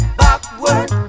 backward